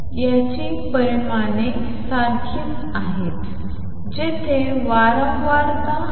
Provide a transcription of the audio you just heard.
तर A21 ची परिमाणे uTB12 सारखीच आहेत जिथे uT वारंवारता νE2 E1h आहे